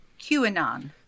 QAnon